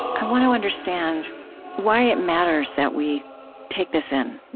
i want to understand why it matters that we take this in,